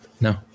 no